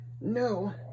no